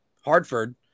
Hartford